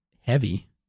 heavy